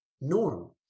norm